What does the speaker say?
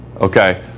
Okay